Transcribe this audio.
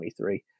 2023